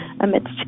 amidst